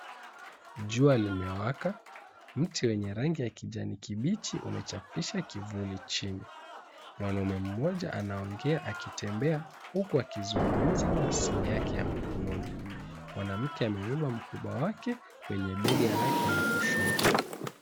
Jua limewaka, mti wenye rangi ya kijani kibichi umechapisha kivuli chini. Mwanaume mmoja anaongea akitembea, huku akizungumza na simu yake ya mkononi. Mwanamke amebeba mkubwa wake kwenye bega lake la kushoto.